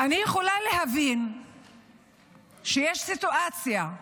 אני יכולה להבין שיש סיטואציה,